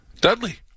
Dudley